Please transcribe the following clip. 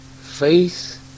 Faith